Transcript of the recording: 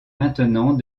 maintenant